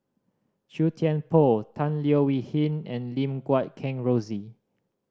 Chua Thian Poh Tan Leo Wee Hin and Lim Guat Kheng Rosie